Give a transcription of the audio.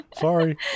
Sorry